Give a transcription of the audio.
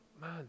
man